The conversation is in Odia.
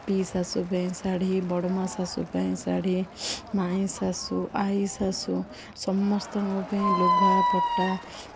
ପି ଶାଶୁ ପାଇଁ ଶାଢ଼ୀ ବଡ଼ମା ଶାଶୁ ପାଇଁ ଶାଢ଼ୀ ମାଇଁ ଶାଶୁ ଆଇ ଶାଶୁ ସମସ୍ତଙ୍କ ପାଇଁ ଲୁଗାପଟା